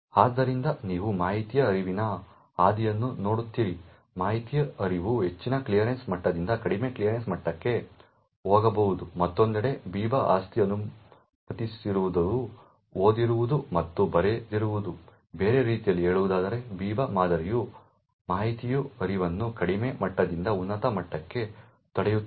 ಆದ್ದರಿಂದ ನೀವು ಮಾಹಿತಿಯ ಹರಿವಿನ ಹಾದಿಯನ್ನು ನೋಡುತ್ತೀರಿ ಮಾಹಿತಿಯ ಹರಿವು ಹೆಚ್ಚಿನ ಕ್ಲಿಯರೆನ್ಸ್ ಮಟ್ಟದಿಂದ ಕಡಿಮೆ ಕ್ಲಿಯರೆನ್ಸ್ ಮಟ್ಟಕ್ಕೆ ಹೋಗಬಹುದು ಮತ್ತೊಂದೆಡೆ ಬಿಬಾ ಆಸ್ತಿ ಅನುಮತಿಸದಿರುವುದು ಓದದಿರುವುದು ಮತ್ತು ಬರೆಯದಿರುವುದು ಬೇರೆ ರೀತಿಯಲ್ಲಿ ಹೇಳುವುದಾದರೆ ಬಿಬಾ ಮಾದರಿಯು ಮಾಹಿತಿಯ ಹರಿವನ್ನು ಕಡಿಮೆ ಮಟ್ಟದಿಂದ ಉನ್ನತ ಮಟ್ಟಕ್ಕೆ ತಡೆಯುತ್ತದೆ